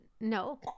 No